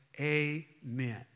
amen